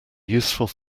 useful